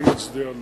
אני מצדיע לו,